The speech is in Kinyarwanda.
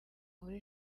muri